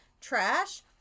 trash